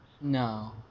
No